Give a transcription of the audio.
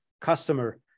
customer